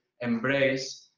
embrace